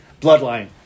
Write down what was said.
Bloodline